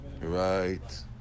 Right